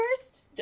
first